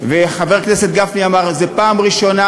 וחבר הכנסת גפני אמר: זו פעם ראשונה